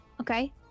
Okay